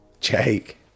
Jake